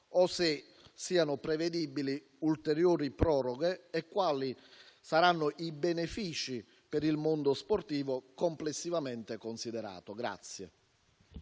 o se siano prevedibili ulteriori proroghe e quali saranno i benefici per il mondo sportivo, complessivamente considerato.